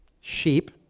sheep